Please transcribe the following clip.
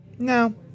No